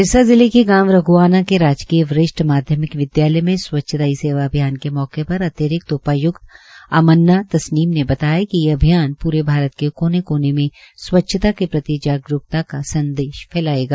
सिरसा जिले के गांव रघ्आना के राजकीय वरिष्ठ माध्यमिक विद्यालय में स्वच्छता ही सेवा अभियान के मौके पर अतिरिक्त उपायुक्त आमन्ना तस्मीन ने बताया कि ये अभियान पूरे भारत के कोने कोन में स्वच्छता के प्रति जागरूकता फैलाएगा